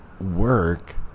work